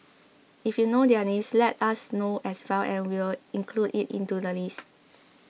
if you know their names let us know as well and we'll include it into the list